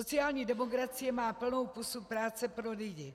Sociální demokracie má plnou pusu práce pro lidi.